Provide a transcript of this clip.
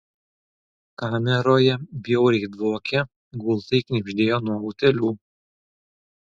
kameroje bjauriai dvokė gultai knibždėjo nuo utėlių